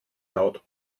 laut